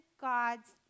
God's